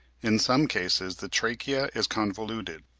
in some cases the trachea is convoluted,